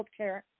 healthcare